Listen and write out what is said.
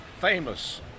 famous